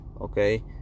okay